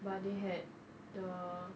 but they had the